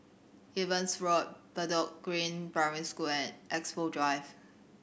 Evans Road Bedok Green Primary School and Expo Drive